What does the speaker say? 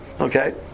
okay